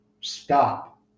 Stop